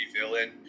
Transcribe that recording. villain